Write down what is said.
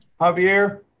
Javier